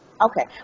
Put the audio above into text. Okay